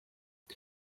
wir